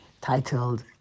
titled